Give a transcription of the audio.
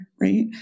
right